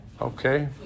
Okay